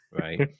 right